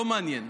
לא מעניין.